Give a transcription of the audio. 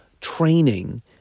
training